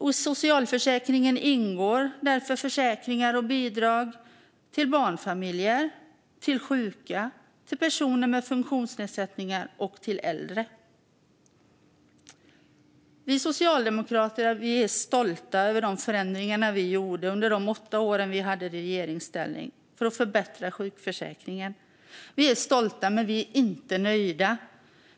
I socialförsäkringen ingår därför försäkringar och bidrag till barnfamiljer, till sjuka, till personer med funktionsnedsättning och till äldre. Vi socialdemokrater är stolta över de förändringar vi gjorde för att förbättra sjukförsäkringen under de åtta år vi var i regeringsställning. Vi är stolta men inte nöjda.